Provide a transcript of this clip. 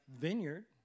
vineyard